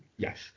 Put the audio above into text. Yes